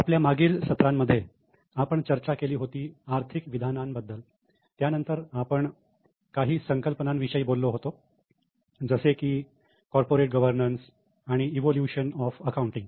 आपल्या मागील सत्रांमध्ये आपण चर्चा केली होती आर्थिक विधानांबद्दल त्यानंतर आपण काही संकल्पनांविषयी बोललो होतो जसे की कॉर्पोरेट गव्हर्नन्स आणि एवोल्युशन ऑफ अकाउंटिंग